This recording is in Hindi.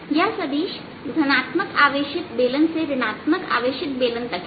यह सदिश धनात्मक आवेशित बेलन से ऋण आत्मक आवेशित बेलन तक है